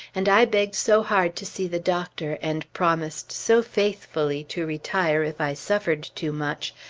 and i begged so hard to see the doctor, and promised so faithfully to retire if i suffered too much,